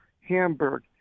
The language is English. Hamburg